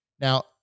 Now